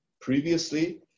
Previously